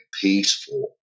peaceful